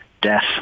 Death